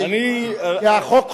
כי החוק,